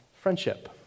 friendship